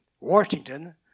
Washington